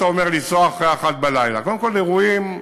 אתה אומר, לנסוע אחרי 01:00. קודם כול, אירועים,